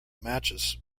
matches